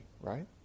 right